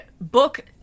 book